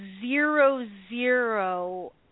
Zero-zero